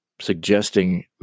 suggesting